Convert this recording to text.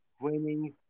winning